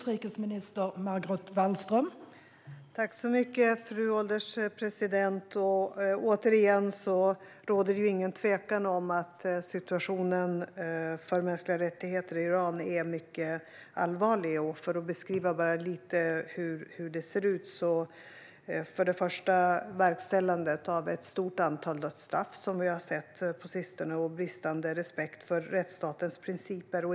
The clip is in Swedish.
Fru ålderspresident! Det råder ingen tvekan om att situationen för mänskliga rättigheter i Iran är mycket allvarlig. För att kort beskriva hur det ser ut kan jag nämna verkställandet av ett stort antal dödsstraff, som vi har sett på sistone, och bristande respekt för rättsstatens principer.